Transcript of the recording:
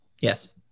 Yes